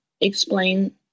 explain